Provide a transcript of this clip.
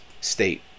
state